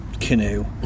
canoe